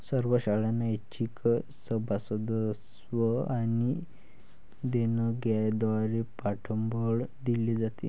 सर्व शाळांना ऐच्छिक सभासदत्व आणि देणग्यांद्वारे पाठबळ दिले जाते